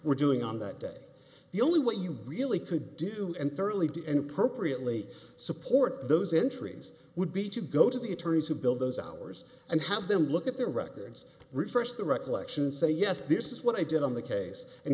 were doing on that day the only way you really could do and thoroughly did and appropriately support those entries would be to go to the attorneys who build those hours and have them look at their records refresh the recollection say yes this is what i did on the case and